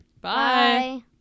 Bye